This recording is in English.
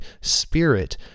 spirit